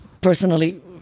personally